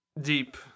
Deep